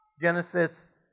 Genesis